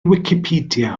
wicipedia